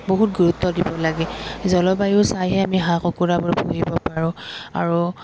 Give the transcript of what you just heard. বহুত গুৰুত্ব দিব লাগে জলবায়ু চাইহে আমি হাঁহ কুকুৰাবোৰ পুহিব পাৰোঁ আৰু